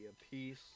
apiece